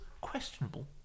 questionable